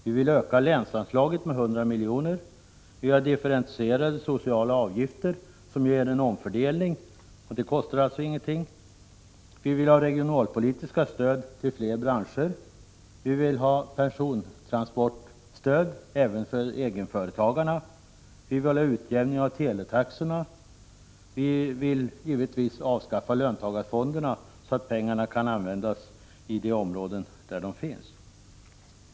Vi vill öka länsanslaget med 100 miljoner, vi vill ha differentierade sociala avgifter, som åstadkommer en omfördelning — det kostar alltså ingenting — vi vill ha regionalpolitiskt stöd till fler branscher, vi vill ha persontransportstöd även för egenföretagarna, vi vill ha till stånd en utjämning av teletaxorna, vi vill givetvis avskaffa löntagarfonderna, så att pengarna kan användas i de områden där de genereras.